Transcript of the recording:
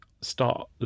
start